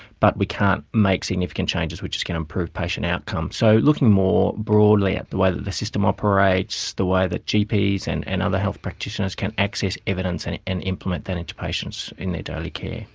but we can't make significant changes which is going to improve patient outcome. so looking more broadly at the way the system operates, the way that gps and and other health practitioners can access evidence and and implement that into patients in their daily care.